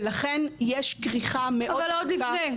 ולכן יש כריכה מאוד -- אבל עוד לפני,